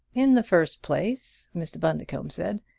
in the first place, mr. bundercombe said,